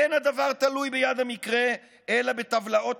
אין הדבר תלוי ביד המקרה אלא בטבלאות